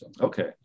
Okay